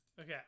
Okay